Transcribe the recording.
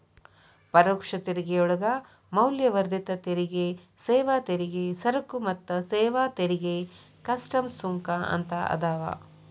ಪರೋಕ್ಷ ತೆರಿಗೆಯೊಳಗ ಮೌಲ್ಯವರ್ಧಿತ ತೆರಿಗೆ ಸೇವಾ ತೆರಿಗೆ ಸರಕು ಮತ್ತ ಸೇವಾ ತೆರಿಗೆ ಕಸ್ಟಮ್ಸ್ ಸುಂಕ ಅಂತ ಅದಾವ